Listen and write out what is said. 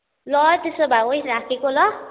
ल है त्यसो भए हौ राखेको ल